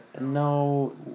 No